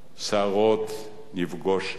סערות נפגוש בשקט,